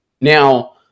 Now